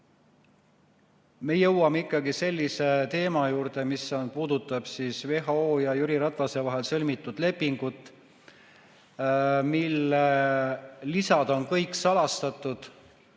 me jõuame ikkagi sellise teema juurde, mis puudutab WHO ja Jüri Ratase vahel sõlmitud lepingut, mille lisad on kõik salastatud.